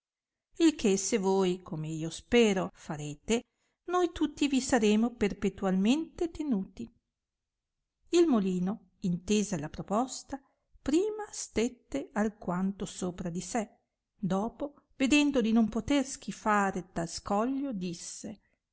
il che se voi come io spero farete noi tutti vi saremo perpetualmente tenuti il molino intesa la proposta prima stette alquanto sopra di sé dopo vedendo non poter schifare tal scoglio disse